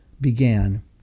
began